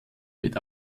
mit